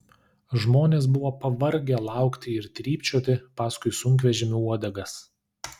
žmonės buvo pavargę laukti ir trypčioti paskui sunkvežimių uodegas